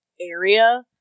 area